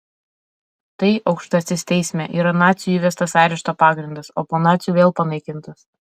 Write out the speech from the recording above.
tai aukštasis teisme yra nacių įvestas arešto pagrindas o po nacių vėl panaikintas